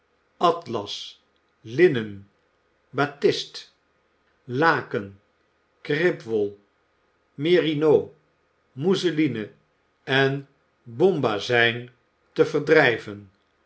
atlas linnen batist laken kripwöl merinos mousseline en bombazijn té verdrijven